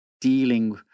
dealing